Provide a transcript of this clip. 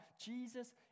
Jesus